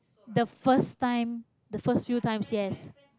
the first time the first few times yes